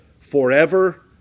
forever